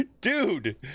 dude